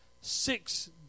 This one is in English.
six